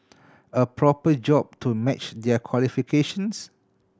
a proper job to match their qualifications